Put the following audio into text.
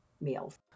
meals